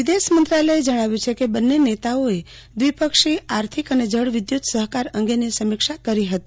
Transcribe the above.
વિદેશ મંત્રાલયે જણાવ્યું છે કે બંને નેતાઓએ દ્વિપક્ષી આર્થિક અને જળ વિદ્યુત સહકાર અંગેની સમીક્ષા કરી હતી